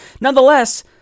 nonetheless